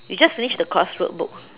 you just finish the crossroad book